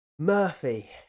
Murphy